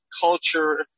culture